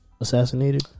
assassinated